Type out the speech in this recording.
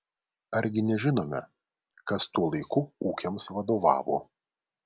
argi nežinome kas tuo laiku ūkiams vadovavo